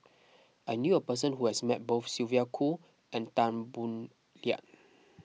I knew a person who has met both Sylvia Kho and Tan Boo Liat